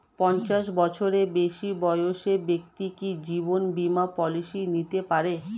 পঞ্চাশ বছরের বেশি বয়সের ব্যক্তি কি জীবন বীমা পলিসি নিতে পারে?